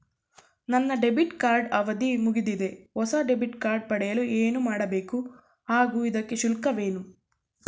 ನನ್ನ debit card ಅವಧಿ ಮುಗಿದಿದೆ ಹೊಸ ಡೆಬಿಟ್ ಕಾರ್ಡ್ ಪಡೆಯಲು ಏನು ಮಾಡಬೇಕು ಹಾಗೂ ಇದಕ್ಕೆ ಶುಲ್ಕವೇನು?